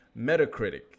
Metacritic